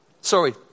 Sorry